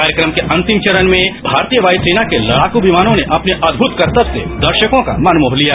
कार्यक्रम के अंतिम चरण में भारतीय वायुसेना के लड़ाकू विमानों ने अपने अद्मुत कर्तब से दर्शकों का मन मोह लिया